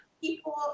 People